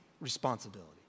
responsibility